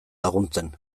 laguntzen